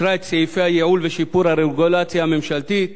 אישרה את סעיפי הייעול ושיפור הרגולציה הממשלתית,